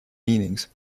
meanings